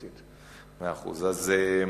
גבעת-שאול,